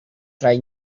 try